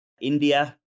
India